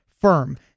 Firm